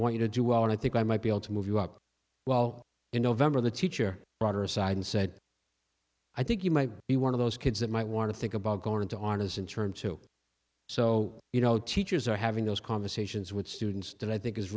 want you to do well and i think i might be able to move you up well in november the teacher brought her aside and said i think you might be one of those kids that might want to think about going into artisan turned to so you know teachers are having those conversations with students that i think is